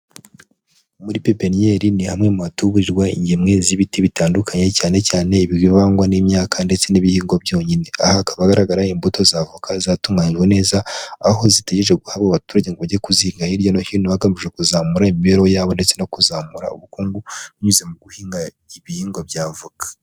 Muri pepeniniyeri ni hamwe mu hatuburirwa ingemwe z'ibiti bitandukanye cyane cyane bivangwa n'imyaka ndetse n'ibihingwa byonyine aha hakaba hagaragara imbuto za avoka zatunganyijwe neza aho zitegeje guhabwa abo baturage ngo bajye kuzihinga hirya no hino bagamijwe kuzamura imibereho yabo ndetse no kuzamura ubukungu binnyuze mu guhinga ibihingwa bya avoka.